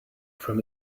from